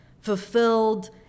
Fulfilled